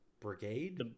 brigade